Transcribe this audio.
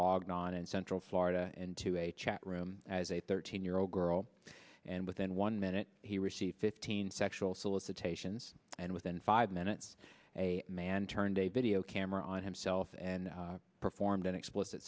logged on in central florida into a chat room as a thirteen year old girl and within one minute he received fifteen sexual solicitations and within five minutes a man turned a video camera on himself and performed an explicit